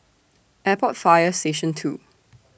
Airport Fire Station two